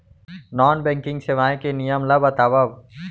Non banking सेवाएं के नियम ला बतावव?